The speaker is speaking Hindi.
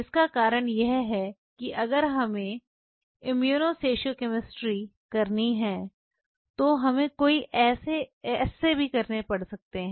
इसका कारण यह है कि अगर हमें इम्यूनोहिस्टोकेमेस्ट्री करनी है तो हमें कोई ऐसे करना होगा